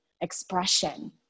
expression